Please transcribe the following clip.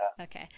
Okay